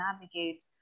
navigate